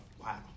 wow